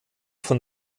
von